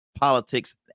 politics